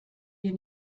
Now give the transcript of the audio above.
wir